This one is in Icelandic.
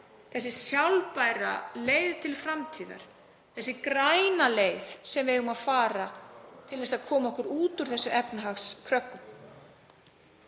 þessi sjálfbæra leið til framtíðar, þessi græna leið sem við eigum að fara til að koma okkur út úr þessum efnahagskröggum,